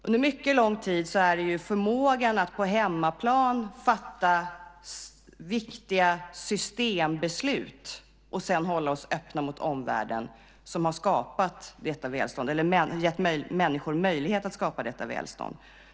Under mycket lång tid har det varit förmågan att på hemmaplan fatta viktiga systembeslut och sedan hålla oss öppna mot omvärlden som har gett människor möjlighet att skapa detta välstånd.